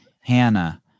Hannah